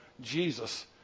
Jesus